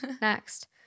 Next